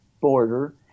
border